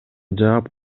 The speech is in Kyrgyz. жаап